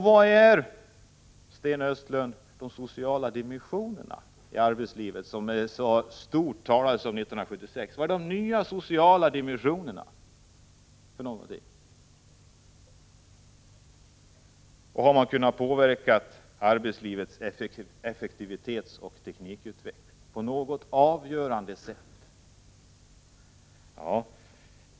Vad är de nya sociala dimensionerna i arbetslivet för någonting, Sten Östlund, som det talades så stort om 1976? Har man kunnat påverka arbetslivets effektivitet och den tekniska utvecklingen på något avgörande sätt?